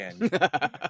again